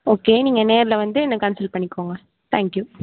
okay நீங்கள் நேரில் வந்து என்ன கன்சல்ட் பண்ணிக்கோங்க தேங்க் யூ